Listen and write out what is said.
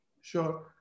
Sure